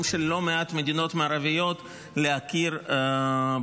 של לא מעט מדינות מערביות להכיר בפלסטינים.